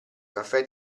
caffè